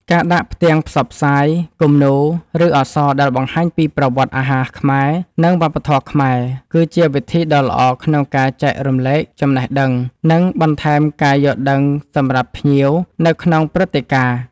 ការដាក់ផ្ទាំងផ្សព្វផ្សាយ, គំនូរ ឬអក្សរដែលបង្ហាញពីប្រវត្តិអាហារខ្មែរ និងវប្បធម៌ខ្មែរគឺជាវិធីដ៏ល្អក្នុងការចែករំលែកចំណេះដឹង និងបន្ថែមការយល់ដឹងសម្រាប់ភ្ញៀវនៅក្នុងព្រឹត្តិការណ៍។